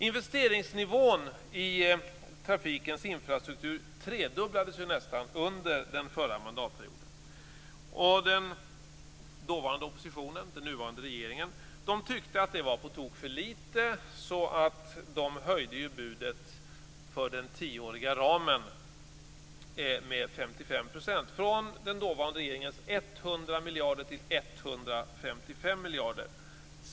Investeringsnivån i trafikens infrastruktur tredubblades nästan under den förra mandatperioden. Den dåvarande oppositionen, nuvarande regeringen, tyckte att det var på tok för litet, så man höjde budet för den tioåriga ramen med 55 %, från den dåvarande regeringens 100 miljarder till 155 miljarder.